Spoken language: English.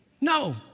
No